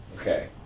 Okay